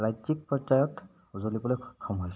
ৰাজ্যিক পৰ্যায়ত উজলিবলৈ সক্ষম হৈছে